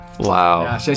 Wow